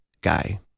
guy